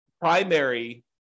Primary